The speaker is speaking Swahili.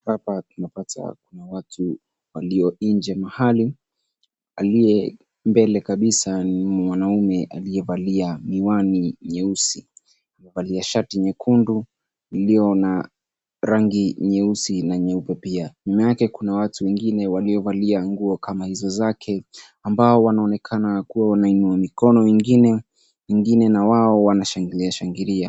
Hapa tunapata kuna watu walio nje mahali, aliye mbele kabisa ni mwanaume aliyevalia miwani nyeusi, amevalia shati nyekundu iliyo na rangi nyeusi na nyeupe pia . Nyuma yake kuna watu wengine waliovalia nguo kama hizo zake ambao wanaonekana kuwa wanainua mikono wengine na wengine nawao wanashangilia shangilia.